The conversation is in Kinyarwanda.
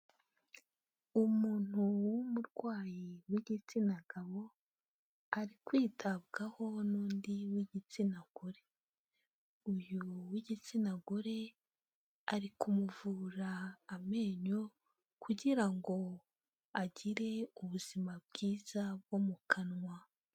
Umuntu w'umurwayi w'igitsina gabo, ari kwitabwaho n'undi w'igitsina gore, uyu w'igitsina gore ari kumuvura amenyo, kugira ngo agire ubuzima bwiza bwo mu kanwa.